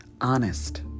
honest